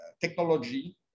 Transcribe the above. technology